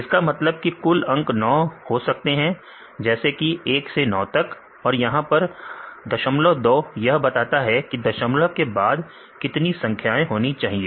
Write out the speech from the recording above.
इसका मतलब की कुल अंक 9 हो सकते हैं जैसे कि 1 से 9 तक और यहां पर 2 यह बताता है कि दशमलव के बाद कितनी संख्याएं होनी चाहिए